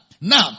now